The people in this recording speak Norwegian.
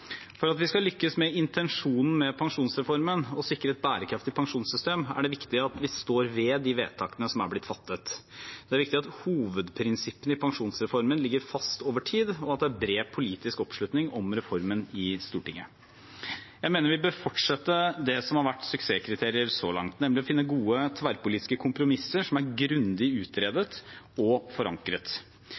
For at vi skal lykkes med intensjonen med pensjonsreformen, å sikre et bærekraftig pensjonssystem, er det viktig at vi står ved de vedtakene som er blitt fattet. Det er viktig at hovedprinsippene i pensjonsreformen ligger fast over tid, og at det er bred politisk oppslutning om reformen i Stortinget. Jeg mener at vi bør fortsette det som har vært suksesskriteriet så langt, nemlig å finne gode tverrpolitiske kompromisser som er grundig utredet og forankret.